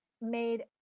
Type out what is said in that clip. made